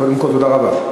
קודם כול, תודה רבה.